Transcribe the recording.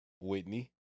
Whitney